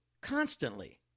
constantly